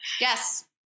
Yes